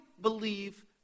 believe